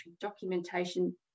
documentation